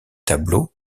tableaux